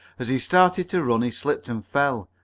as he started to run he slipped and fell.